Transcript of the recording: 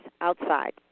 outside